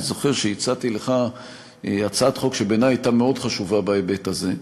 אני זוכר שהצעתי לך הצעת חוק שבעיני הייתה מאוד חשובה בהיבט הזה,